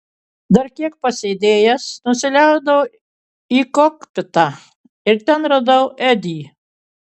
dar kiek pasėdėjęs nusileidau į kokpitą ir ten radau edį